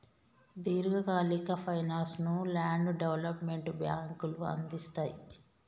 దీర్ఘకాలిక ఫైనాన్స్ ను land development బ్యేంకులు అందిస్తయ్